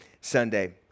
Sunday